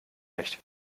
nicht